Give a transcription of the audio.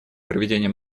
проведение